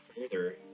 further